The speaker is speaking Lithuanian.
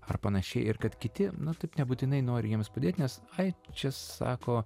ar panašiai ir kad kiti na taip nebūtinai nori jiems padėt nes ai čia sako